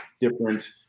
different